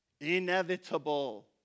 Inevitable